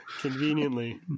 conveniently